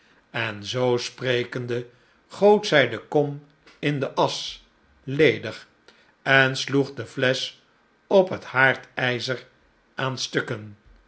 en zoo sprekende goot zij de kom in de asch ledig en sloeg de flesch op het haardijzer aan stukken